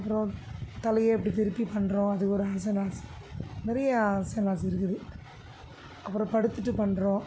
அப்புறம் தலையை இப்படி திருப்பி பண்ணுறோம் அது ஒரு ஆசனாஸ் நிறைய ஆசனாஸ் இருக்குது அப்புறம் படுத்துகிட்டு பண்ணுறோம்